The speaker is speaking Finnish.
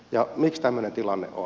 ja miksi tämmöinen tilanne on